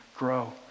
grow